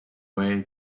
way